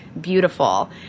Beautiful